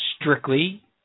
strictly